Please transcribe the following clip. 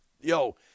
Yo –